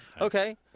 Okay